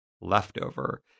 leftover